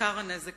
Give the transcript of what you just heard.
עיקר הנזק